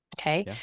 okay